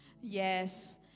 yes